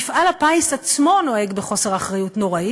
מפעל הפיס עצמו נוהג בחוסר אחריות נורא,